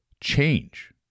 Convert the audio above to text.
change